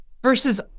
Versus